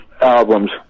albums